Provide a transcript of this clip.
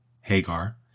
Hagar